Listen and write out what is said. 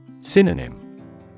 Synonym